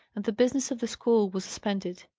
and the business of the school was suspended.